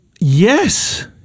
yes